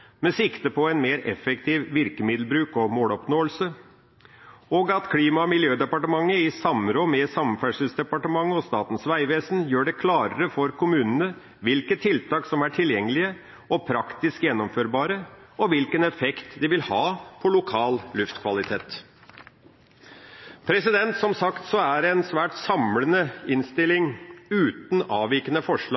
med sikte på en mer effektiv virkemiddelbruk og måloppnåelse, og at Klima- og miljødepartementet – i samråd med Samferdselsdepartementet og Statens vegvesen – gjør det klarere for kommunene hvilke tiltak som er tilgjengelige og praktisk gjennomførbare, og hvilken effekt de vil ha på lokal luftkvalitet. Som sagt er det en svært samlende innstilling fra kontrollkomiteen, uten avvikende forslag.